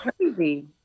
crazy